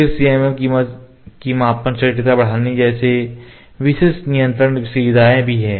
फिर सीएमएम की मापन सटीकता बढ़ाने जैसे विशेष नियंत्रण सुविधाएँ भी हैं